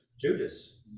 Judas